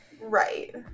Right